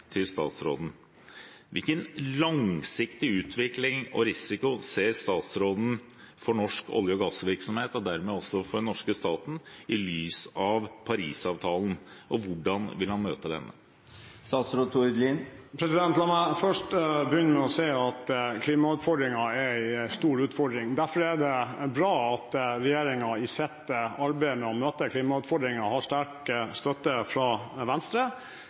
til statsråden: Hvilken langsiktig utvikling og risiko ser statsråden for norsk olje- og gassvirksomhet – og dermed også for den norske staten – i lys av Paris-avtalen, og hvordan vil han møte denne? La meg først begynne med å si at klimautfordringen er en stor utfordring. Derfor er det bra at regjeringen i sitt arbeid med å møte klimautfordringen har sterk støtte fra Venstre,